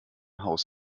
haus